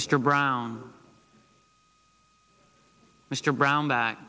mr brown mr brownback